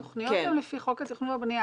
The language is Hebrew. התוכניות הן לפי חוק התכנון והבנייה,